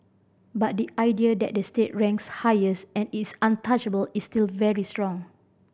but the idea that the state ranks highest and is untouchable is still very strong